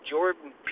Jordan